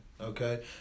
okay